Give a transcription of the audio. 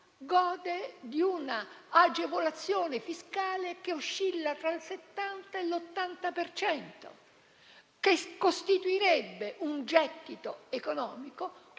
gode di una agevolazione fiscale che oscilla tra il 70 e l'80 per cento. Questo costituirebbe un gettito economico